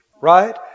right